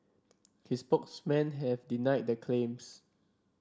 his spokesmen have denied the claims